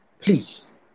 Please